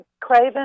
Craven